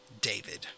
David